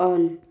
on